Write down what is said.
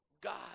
God